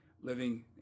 living